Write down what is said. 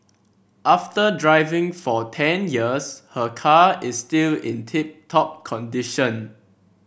after driving for ten years her car is still in tip top condition